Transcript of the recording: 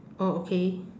oh okay